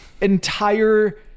Entire